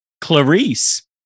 Clarice